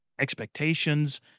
Expectations